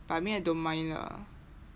but I mean I don't mind lah